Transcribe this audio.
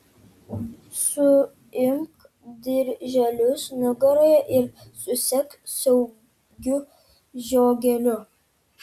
suimk dirželius nugaroje ir susek saugiu žiogeliu